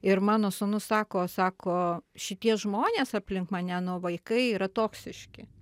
ir mano sūnus sako sako šitie žmonės aplink mane nu vaikai yra toksiški